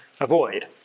avoid